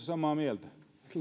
samaa mieltä